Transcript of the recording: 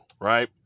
right